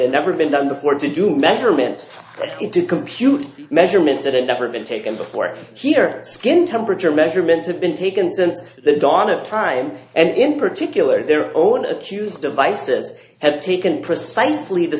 it never been done before to do measurements it to compute measurements that it never been taken before he turned skin temperature measurements have been taken since the dawn of time and in particular their own accused devices have taken precisely the